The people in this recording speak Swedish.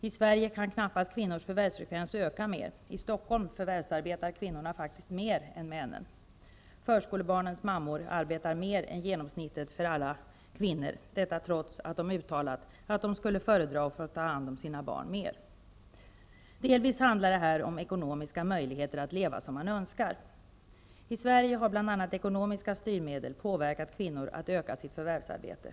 I Sverige kan knappast kvinnors förvärvsfrekvens öka mer. I Stockholm förvärvsarbetar kvinnorna faktiskt mer än männen. Förskolebarnens mammor arbetar mer än genomsnittet för alla kvinnor, detta trots att de uttalat att de skulle föredra att mer ta hand om sina barn. Delvis handlar detta om ekonomiska möjligheter att leva som man önskar. I Sverige har bl.a. ekonomiska styrmedel påverkat kvinnor att öka sitt förvärvsarbete.